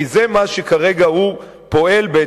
כי כך הוא פועל כרגע,